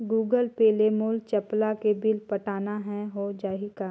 Google Pay ले मोल चपला के बिल पटाना हे, हो जाही का?